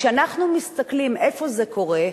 וכשאנחנו מסתכלים איפה זה קורה,